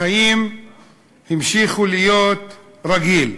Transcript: החיים המשיכו להיות כרגיל.